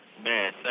Man